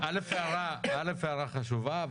הערתך חשובה,